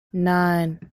nine